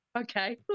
Okay